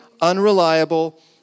unreliable